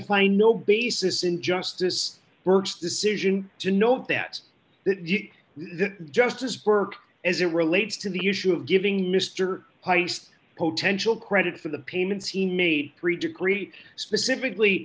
find no basis in justice works decision to know that justice burke as it relates to the issue of giving mister poe tensional credit for the payments he made three degrees specifically